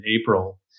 April